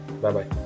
bye-bye